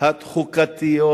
החוקתיות